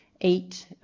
eight